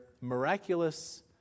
miraculous